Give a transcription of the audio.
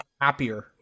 happier